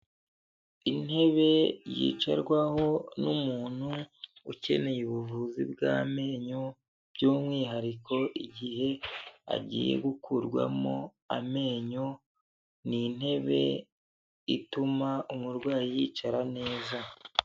Intebe yicarwaho n'umuntu ukeneye ubuvuzi bw'amenyo by'umwihariko, igihe agiye gukurwamo amenyo, ni intebe ituma umurwayi yicara neza.